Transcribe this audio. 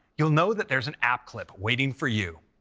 you'll know that there's an app clip waiting for you.